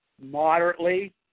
moderately